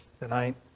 tonight